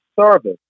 service